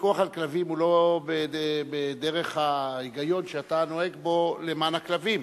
הפיקוח על כלבים הוא לא בדרך ההיגיון שאתה נוהג בו למען הכלבים.